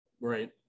right